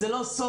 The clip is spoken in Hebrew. זה לא סוד,